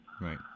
Right